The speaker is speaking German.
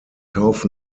kauf